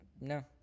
No